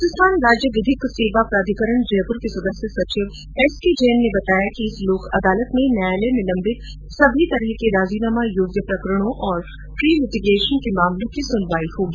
राजस्थान राज्य विधिक सेवा प्राधिकरण जयपुर के सदस्य सचिव एस के जैन ने बताया कि इस लोक अदालत में न्यायालय में लम्बित सभी तरह के राजीनामा योग्य प्रकरणों और प्रीलिटीगेशन के मामलों की सुनवाई होगी